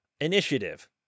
Initiative